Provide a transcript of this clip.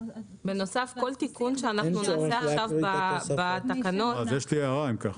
אם כך, יש לי הערה.